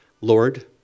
Lord